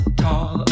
tall